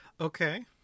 Okay